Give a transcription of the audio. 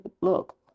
look